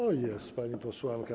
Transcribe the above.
O, jest pani posłanka.